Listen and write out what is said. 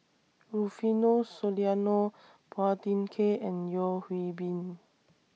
Rufino Soliano Phua Thin Kiay and Yeo Hwee Bin